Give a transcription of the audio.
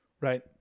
Right